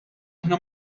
aħna